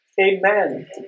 Amen